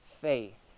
faith